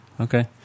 Okay